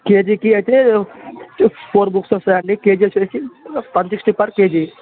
కేజీకి అయితే four books వస్తాయండి కేజీ వచ్చేసరికి వన్ సిక్స్టి పర్ కేజీ